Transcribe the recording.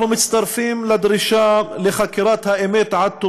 אנחנו מצטרפים לדרישה לחקירת האמת עד תומה,